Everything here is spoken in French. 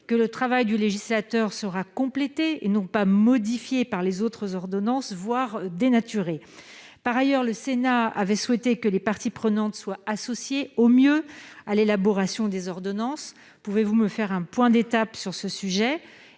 que le travail du législateur sera complété et n'ont pas modifié par les autres ordonnances voire dénaturé par ailleurs, le Sénat avait souhaité que les parties prenantes soient associés au mieux à l'élaboration des ordonnances, pouvez-vous me faire un point d'étape sur ce sujet,